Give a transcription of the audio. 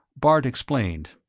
bart explained.